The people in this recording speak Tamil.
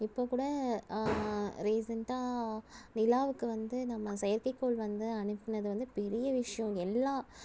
இப்போ கூட ரீசெண்ட்டாக நிலாவுக்கு வந்து நம்ம செயற்கை கோள் வந்து அணுப்புனது வந்து பெரிய விஷயோம் எல்லா